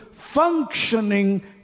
functioning